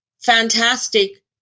fantastic